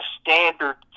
standard